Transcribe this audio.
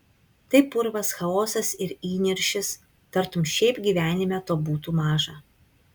tai purvas chaosas ir įniršis tartum šiaip gyvenime to būtų maža